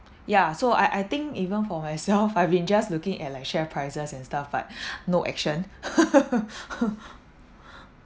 ya so I I think even for myself I've been just looking at like share prices and stuff but no action